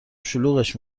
شلوغش